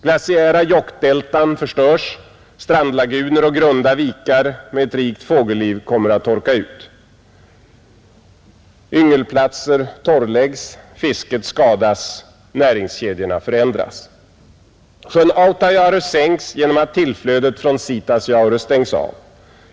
Glaciära jokkdeltan förstörs, strandlaguner och grunda vikar med ett rikt fågelliv kommer att torka ut. Yngelplatser torrläggs, fisket skadas, näringskedjorna förändras. Sjön Autajaure sänks genom att tillflödet från Sitasjaure stängs av.